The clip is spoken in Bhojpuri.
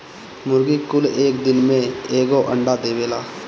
मुर्गी कुल एक दिन में एगो अंडा देवेला